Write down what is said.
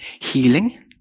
healing